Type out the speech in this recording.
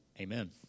Amen